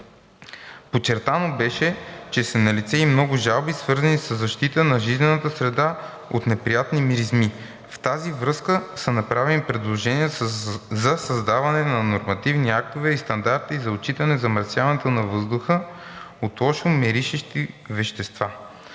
Подчертано беше, че са налице и много жалби, свързани със защитата на жизнената среда от неприятни миризми. В тази връзка са направени предложения за създаване на нормативни актове и стандарти за отчитане замърсяването на въздуха от лошо миришещи вещества.